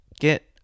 get